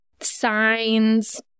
signs